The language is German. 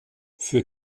für